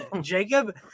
Jacob